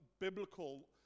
biblical